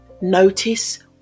notice